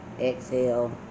exhale